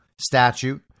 statute